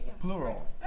Plural